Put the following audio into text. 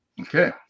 Okay